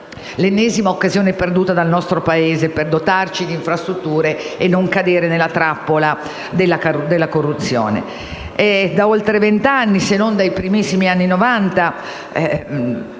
l'ennesima occasione perduta dal nostro Paese per dotarci di infrastrutture e non cadere nella trappola della corruzione. Da oltre vent'anni, se non dai primissimi anni Novanta,